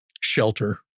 shelter